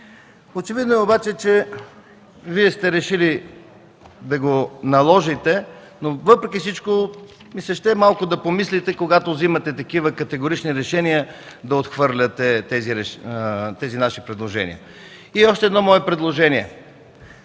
Очевидно е обаче, че Вие сте решили да го наложите. Въпреки всичко ми се ще малко да помислите, когато вземате категорични решения да отхвърляте предложенията ни. Още едно мое предложение